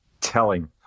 telling